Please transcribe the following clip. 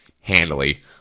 handily